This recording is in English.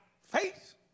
face